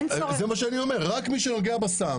זה מה שאני אומר רק מי שנוגע בסם.